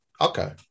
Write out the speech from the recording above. Okay